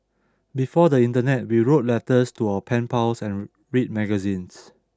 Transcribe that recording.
before the Internet we wrote letters to our pen pals and read magazines